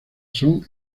son